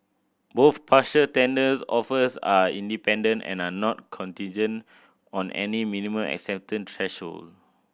both partial tenders offers are independent and are not contingent on any minimum acceptance threshold